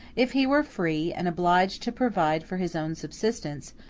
if he were free, and obliged to provide for his own subsistence,